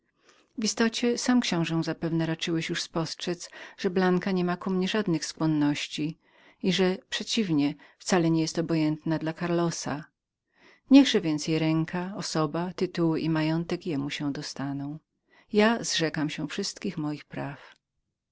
istocie sam książe zapewne raczyłeś już spostrzedz że blanka niema ku mnie żadnej skłonności i że przeciwnie wcale nie jest obojętną dla karlosa niechże więc jej ręka osoba tytuły i majątek jemu się dostaną ja zrzekam się wszystkich moich praw